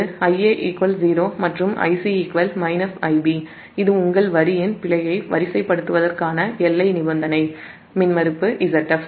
இப்போது Ia 0 மற்றும் Ic Ib இது உங்கள் வரியின் பிழையை வரிசைப்படுத்துவதற்கான எல்லை நிபந்தனை மின்மறுப்பு Zf